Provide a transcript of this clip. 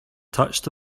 touched